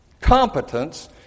competence